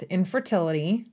infertility